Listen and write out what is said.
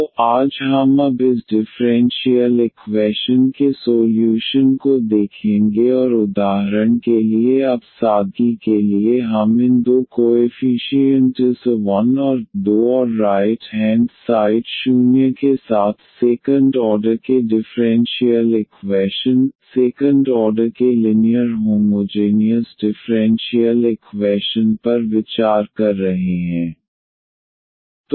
तो आज हम अब इस डिफ़्रेंशियल इक्वैशन के सोल्यूशन को देखेंगे और उदाहरण के लिए अब सादगी के लिए हम इन दो कोएफीशीयन्टस् a 1 और a 2 और राइट हेंड साइड 0 के साथ सेकंड ऑर्डर के डिफ़्रेंशियल इक्वैशन सेकंड ऑर्डर के लिनीयर होमोजेनियस डिफ़्रेंशियल इक्वैशन पर विचार कर रहे हैं